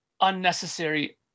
unnecessary